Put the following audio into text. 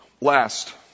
Last